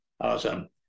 Awesome